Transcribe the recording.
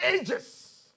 ages